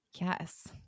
Yes